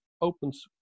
opens